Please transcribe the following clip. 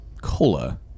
cola